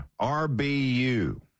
RBU